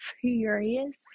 furious